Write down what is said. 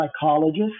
psychologist